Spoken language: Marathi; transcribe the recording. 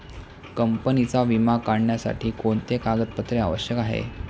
कंपनीचा विमा काढण्यासाठी कोणते कागदपत्रे आवश्यक आहे?